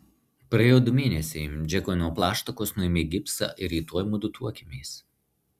praėjo du mėnesiai džekui nuo plaštakos nuėmė gipsą ir rytoj mudu tuokiamės